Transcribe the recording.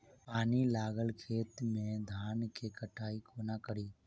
पानि लागल खेत मे धान केँ कटाई कोना कड़ी?